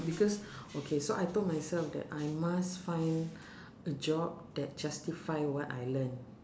because okay so I told myself that I must find a job that justify what I learn